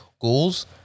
goals